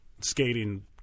skating